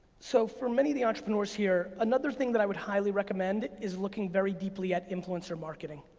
so for many of the entrepreneurs here, another thing that i would highly recommend is looking very deeply at influence or marketing.